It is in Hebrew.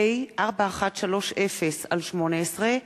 פ/4130/18,